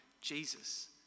Jesus